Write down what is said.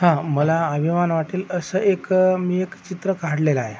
हां मला अभिमान वाटेल असं एक मी एक चित्र काढलेलं आहे